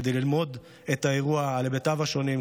כדי ללמוד את האירוע על היבטיו השונים,